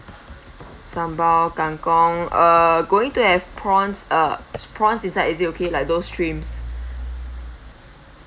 sambal kangkong uh going to have prawns uh prawns inside is it okay like those shrimps